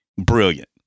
brilliant